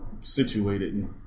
situated